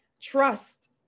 Trust